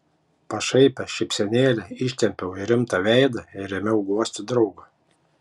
pašaipią šypsenėlę ištempiau į rimtą veidą ir ėmiau guosti draugą